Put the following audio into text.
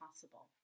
possible